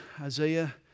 Isaiah